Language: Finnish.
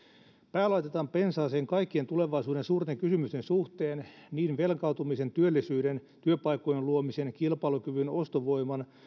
pää laitetaan pensaaseen kaikkien tulevaisuuden suurten kysymysten suhteen niin velkaantumisen työllisyyden työpaikkojen luomisen kilpailukyvyn ostovoiman